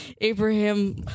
Abraham